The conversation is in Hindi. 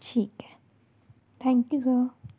ठीक है थैंक यू सर